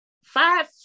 five